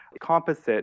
composite